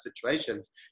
situations